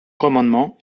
commandement